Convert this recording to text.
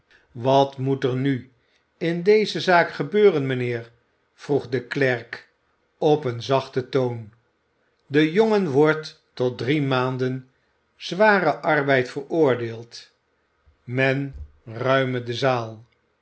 wat moet er nu in deze zaak gebeuren mijnheer vroeg de klerk op een zachten toon de jongen wordt tot drie maanden zwaren arbeid veroordeeld men ruime de zaal